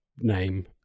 name